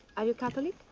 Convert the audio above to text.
are you catholic?